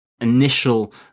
initial